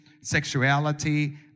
sexuality